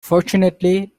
fortunately